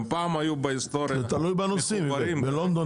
המטרו בלונדון